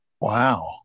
Wow